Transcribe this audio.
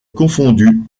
confondue